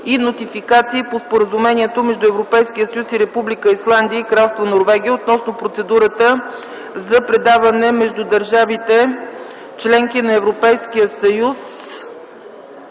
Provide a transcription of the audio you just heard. и нотификации по Споразумението между Европейския съюз и Република Исландия и Кралство Норвегия относно процедурата за предаване между държавите – членки на Европейския съюз,